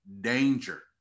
danger